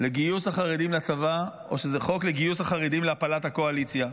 לגיוס החרדים לצבא או שזה חוק לגיוס החרדים להפלת הקואליציה.